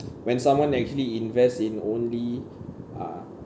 when someone actually invest in only uh